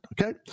Okay